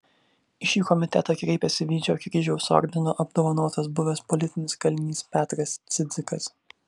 į šį komitetą kreipėsi vyčio kryžiaus ordinu apdovanotas buvęs politinis kalinys petras cidzikas